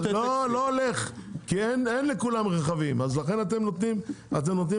אין לכולם את כל הרכבים ולכן אתם נותנים למקומיים,